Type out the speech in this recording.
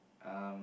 um